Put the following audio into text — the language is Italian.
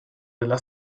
della